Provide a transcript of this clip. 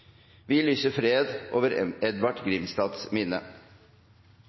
Vi lyser fred over Edvard Grimstads minne.